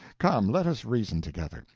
come, let us reason together.